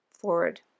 Forward